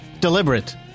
deliberate